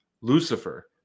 Lucifer